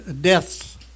deaths